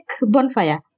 bonfire